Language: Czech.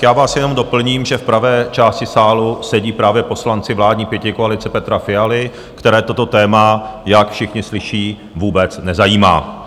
Já vás jenom doplním, že v pravé části sálu sedí právě poslanci vládní pětikoalice Petra Fialy, které toto téma, jak všichni slyší, vůbec nezajímá.